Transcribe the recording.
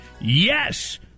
yes